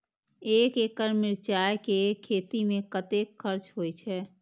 एक एकड़ मिरचाय के खेती में कतेक खर्च होय छै?